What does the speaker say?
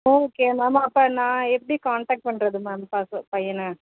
okay ma'am அப்போ நான் எப்படி கான்டாக்ட் பண்ணுறது மேம் ப பையனை